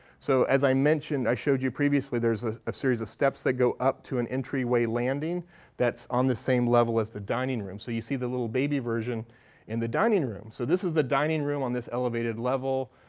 so as i mentioned, i showed you previously, there's a series of steps that go up to an entryway landing that's on the same level as the dining room. so you see the little baby version in the dining room. so this the dining room on this elevated level.